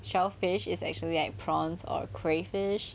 shellfish is actually like prawns or crayfish